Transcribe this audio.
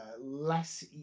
less